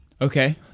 Okay